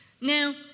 Now